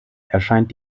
erscheint